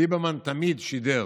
ליברמן תמיד שידר